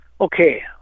okay